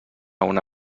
una